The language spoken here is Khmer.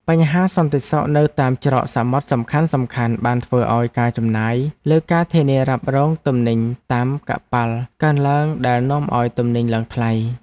បញ្ហាសន្តិសុខនៅតាមច្រកសមុទ្រសំខាន់ៗបានធ្វើឱ្យការចំណាយលើការធានារ៉ាប់រងទំនិញតាមកប៉ាល់កើនឡើងដែលនាំឱ្យទំនិញឡើងថ្លៃ។